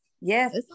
Yes